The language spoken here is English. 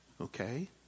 Okay